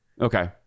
Okay